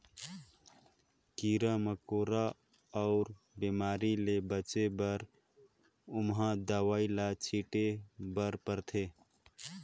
कीरा मकोरा अउ बेमारी ले बचाए बर ओमहा दवई ल छिटे बर परथे